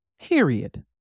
Period